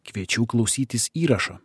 kviečių klausytis įrašo